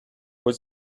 was